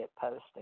posting